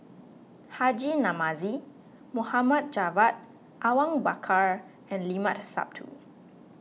Haji Namazie Mohd Javad Awang Bakar and Limat Sabtu